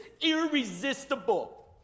irresistible